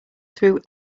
through